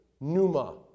numa